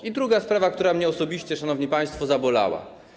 I druga sprawa, która mnie osobiście, szanowni państwo, zabolała.